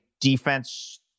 defense